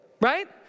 Right